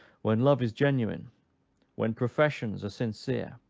when love is genuine when professions are sincere,